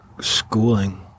schooling